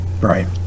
right